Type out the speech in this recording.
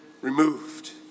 removed